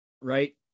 right